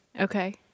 Okay